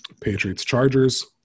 Patriots-Chargers